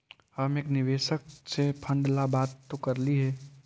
हम एक निवेशक से फंड ला बात तो करली हे